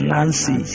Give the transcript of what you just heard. Nancy